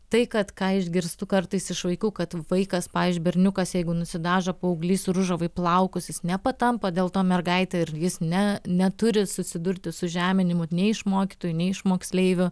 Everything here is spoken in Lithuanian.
tai kad ką išgirstu kartais iš vaikų kad vaikas pavyzdžiui berniukas jeigu nusidažo paauglys ružavai plaukus jis nepatampa dėl to mergaite ir jis ne neturi susidurti su žeminimu nei iš mokytojų nei iš moksleivių